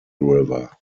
river